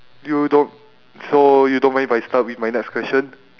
you don't so you don't mind if I start with my next question